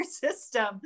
system